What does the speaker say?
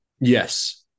Yes